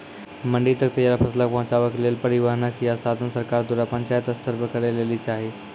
मंडी तक तैयार फसलक पहुँचावे के लेल परिवहनक या साधन सरकार द्वारा पंचायत स्तर पर करै लेली चाही?